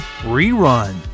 Rerun